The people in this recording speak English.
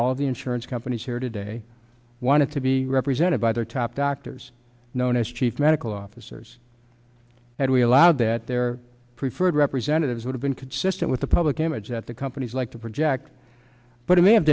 all the insurance companies here today want to be represented by their top doctors known as chief medical officers and we allowed that their preferred representatives would have been consistent with the public image that the companies like to project but it may have